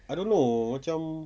I don't know macam